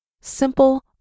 simple